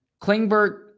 Klingberg